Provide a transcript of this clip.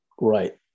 right